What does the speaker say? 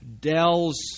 Dell's